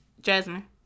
Jasmine